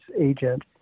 agent